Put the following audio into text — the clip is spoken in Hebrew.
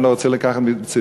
אני לא רוצה לקחת מזמנכם.